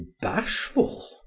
bashful